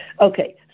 Okay